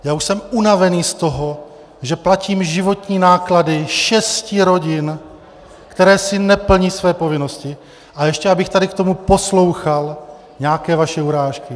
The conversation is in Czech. Já už jsem unavený z toho, že platím životní náklady šesti rodin, které si neplní své povinnosti, a ještě abych tady k tomu poslouchal nějaké vaše urážky.